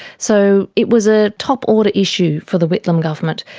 so it was a top-order issue for the whitlam government.